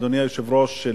אדוני היושב-ראש,